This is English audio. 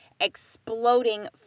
exploding